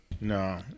No